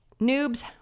noobs